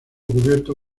cubierto